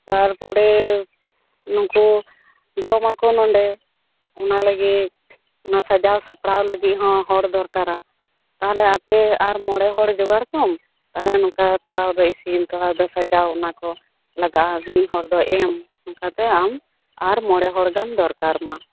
ᱛᱟᱨ ᱯᱚᱨᱮ ᱱᱩᱝᱠᱩ ᱡᱚᱢᱟᱠᱚ ᱱᱚᱰᱮ ᱚᱱᱟ ᱞᱟᱹᱜᱤᱫ ᱚᱱᱟ ᱥᱟᱡᱟᱣ ᱥᱟᱯᱲᱟᱣ ᱞᱟᱜᱤᱫ ᱦᱚᱸ ᱦᱚᱲ ᱫᱚᱨᱠᱟᱨᱟ ᱛᱟᱦᱞᱮ ᱟᱯᱮ ᱟᱨ ᱢᱚᱬᱮ ᱦᱚᱲ ᱡᱚᱜᱟᱲ ᱠᱚᱢ ᱛᱟᱦᱞᱮ ᱱᱚᱝᱠᱟ ᱛᱷᱚᱲᱟ ᱫᱚ ᱤᱥᱤᱱ ᱛᱷᱚᱲᱟ ᱫᱚ ᱥᱟᱟᱡᱟᱣ ᱚᱱᱟ ᱠᱚ ᱞᱟᱜᱟᱜᱼᱟ ᱢᱤᱜ ᱦᱚᱲ ᱫᱚ ᱮᱢ ᱪᱤᱠᱟᱛᱮ ᱟᱢ ᱟᱨ ᱢᱚᱬᱮ ᱦᱚᱲ ᱜᱟᱱ ᱫᱚᱨᱠᱟᱨᱟᱢᱟ